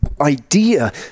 idea